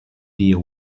dio